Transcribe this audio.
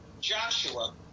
Joshua